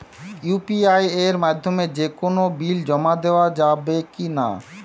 UPI এর মাধ্যমে যে কোনো বিল জমা দেওয়া যাবে কি না?